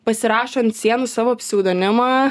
pasirašo ant sienų savo pseudonimą